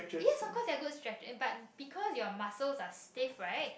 yes of course there're good stretches but because your muscles are stiff right